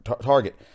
target